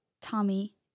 Tommy